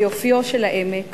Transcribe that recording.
ביופיו של העמק